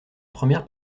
première